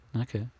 okay